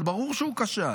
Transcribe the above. אבל ברור שהוא כשל.